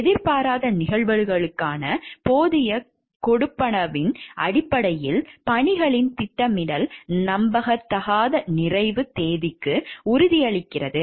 எதிர்பாராத நிகழ்வுகளுக்கான போதிய கொடுப்பனவின் அடிப்படையில் பணிகளின் திட்டமிடல் நம்பத்தகாத நிறைவு தேதிக்கு உறுதியளிக்கிறது